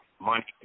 Money